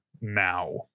now